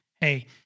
hey